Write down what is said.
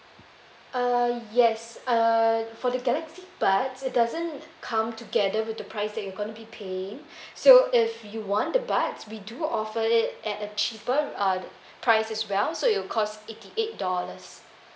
uh yes uh for the galaxy buds it doesn't come together with the price that you're going to be paid so if you want the buds we do offer it at a cheaper uh price as well so it will cost eighty eight dollars